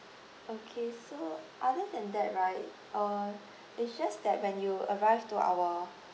okay so other than that right uh it's just that when you arrive to our